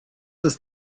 ist